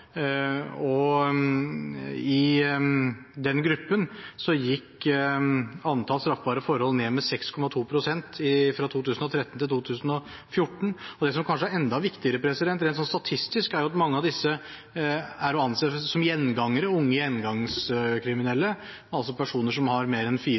og i den gruppen gikk antall straffbare forhold ned med 6,2 pst. fra 2013 til 2014. Det som kanskje er enda viktigere, rent statistisk, er at mange av disse er å anse som gjengangere, unge gjengangskriminelle, altså personer som har fire eller flere forhold bak seg. Der er det også en positiv utvikling. Tre av fire